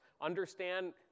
understand